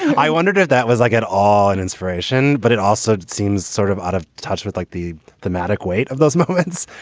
i wondered if that was like at all an inspiration, but it also seems sort of out of touch with like the dramatic weight of those moments.